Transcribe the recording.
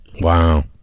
Wow